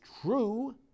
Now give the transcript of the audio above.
true